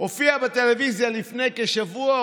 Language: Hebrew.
הופיע בטלוויזיה לפני כשבוע,